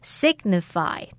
signify